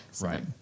right